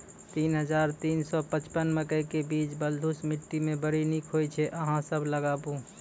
तीन हज़ार तीन सौ पचपन मकई के बीज बलधुस मिट्टी मे बड़ी निक होई छै अहाँ सब लगाबु?